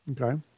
okay